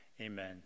Amen